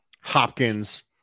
Hopkins